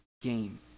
game